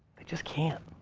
they just can't.